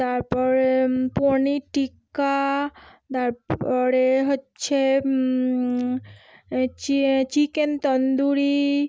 তারপরে পনির টিক্কা তারপরে হচ্ছে চিকেন তন্দুরি